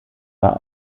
war